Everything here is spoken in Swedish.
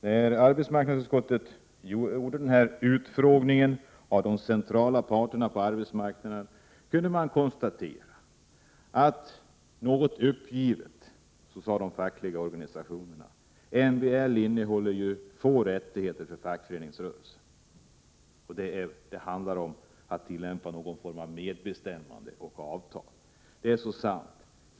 När arbetsmarknadsutskottet gjorde sin utfrågning av de centrala parterna på arbetsmarknaden, kunde man konstatera att de fackliga organisationerna något uppgivet sade att MBL innehåller få rättigheter för fackföreningsrörelsen. MBL handlar om att tillämpa någon form av medbestämmande och avtal.